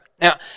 Now